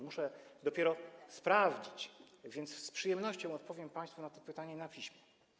Muszę to dopiero sprawdzić, więc z przyjemnością odpowiem państwu na to pytanie na piśmie.